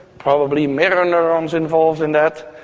probably mirror neurons involved in that,